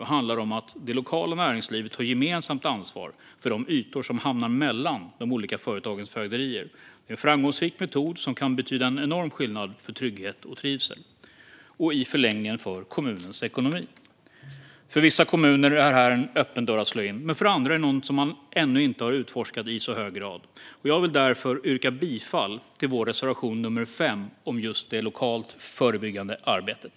Det handlar om att det lokala näringslivet tar gemensamt ansvar för de ytor som hamnar mellan de olika företagens fögderier. Det är en framgångsrik metod som kan betyda en enorm skillnad för trygghet och trivsel och i förlängningen för kommunens ekonomi. För vissa kommuner är det här en öppen dörr att slå in, men för andra är det något som man ännu inte utforskat i så hög grad. Jag vill därför yrka bifall till vår reservation nr 5 om just det lokala brottsförebyggande arbetet.